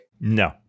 No